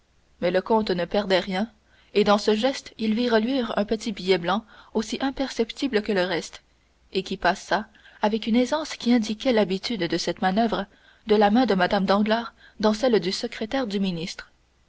mais le comte ne perdait rien et dans ce geste il vit reluire un petit billet blanc aussi imperceptible que le geste et qui passa avec une aisance qui indiquait l'habitude de cette manoeuvre de la main de mme danglars dans celle du secrétaire du ministre